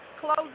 Close